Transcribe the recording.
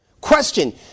question